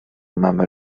mamy